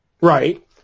right